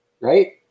right